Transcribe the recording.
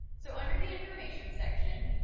so under the information section,